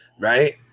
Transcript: right